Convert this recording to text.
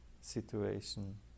situation